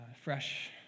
fresh